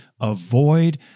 avoid